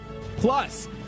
Plus